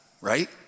right